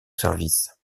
service